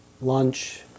lunch